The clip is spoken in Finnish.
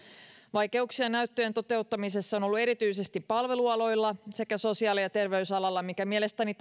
vaikeuksia näyttöjen toteuttamisessa on on ollut erityisesti palvelualoilla sekä sosiaali ja terveysalalla mikä mielestäni